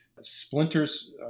splinters